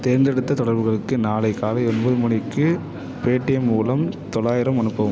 தேர்ந்தெடுத்த தொடர்புகளுக்கு நாளை காலை ஒன்பது மணிக்கு பேடீஎம் மூலம் தொள்ளாயிரம் அனுப்பவும்